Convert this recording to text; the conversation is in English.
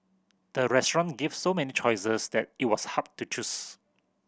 the restaurant gave so many choices that it was hard to choose